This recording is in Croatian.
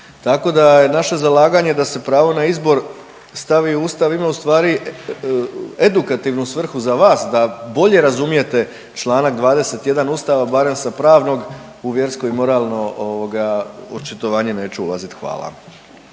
tako da je naše zalaganje da se pravo na izbor stavi u Ustav, ima ustvari edukativnu svrhu za vas, da bolje razumijete čl. 21 Ustava, barem sa pravnog, u vjersko i moralno ovoga, očitovanje neću ulaziti. Hvala.